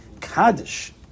Kaddish